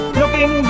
looking